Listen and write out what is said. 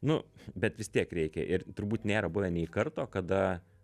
nu bet vis tiek reikia ir turbūt nėra buvę nei karto kada